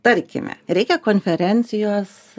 tarkime reikia konferencijos